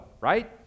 right